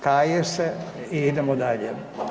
Kaje se i idemo dalje.